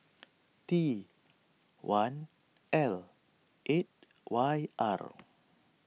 T one L eight Y R